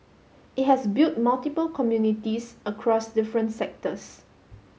it has built multiple communities across different sectors